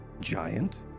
giant